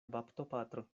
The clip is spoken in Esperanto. baptopatro